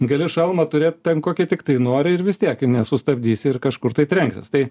gali šalmą turėt ten kokį tiktai nori ir vis tiek nesustabdysi ir kažkur tai trenksies tai